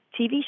tv